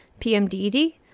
PMDD